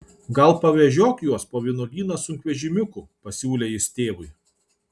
gal pavežiok juos po vynuogyną sunkvežimiuku pasiūlė jis tėvui